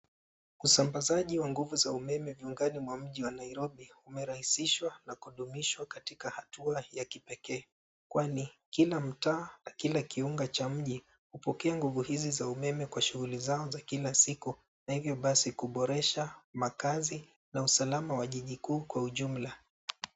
Usambazaji wa nguvu za umeme mwangano mwa mji wa Nairobo. Umerahisishwa na kudumishwa katika hatua ya kipekee. Kwani kila mtaa na kila kiunga cha mji hupokea nguvu hizi za umeme kwa shughuli zao za kila siku na hivyo basi kuboresha makazi na usalama wa jiji kuu kwa ujumla.